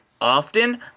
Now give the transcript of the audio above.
often